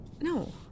No